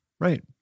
right